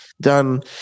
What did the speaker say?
done